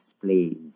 please